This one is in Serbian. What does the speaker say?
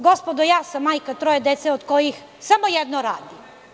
Gospodo, ja sam majka troje dece, od kojih samo jedno radi.